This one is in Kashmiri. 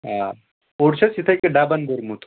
آ اوٚڑ چھُ اَسہِ یِتھَے کَنۍ ڈَبَن بوٚرمُت